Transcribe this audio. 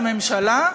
לממשלה,